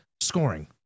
scoring